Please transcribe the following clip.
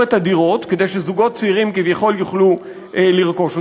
את הדירות כדי שזוגות צעירים כביכול יוכלו לרכוש אותן.